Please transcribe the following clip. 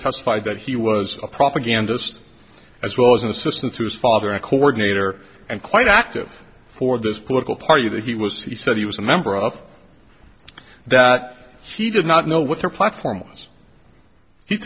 testified that he was a propagandist as well as an assistant whose father and coordinator and quite active for this political party that he was he said he was a member of that he did not know what their platform